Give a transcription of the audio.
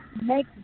make